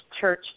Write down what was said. church